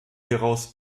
hieraus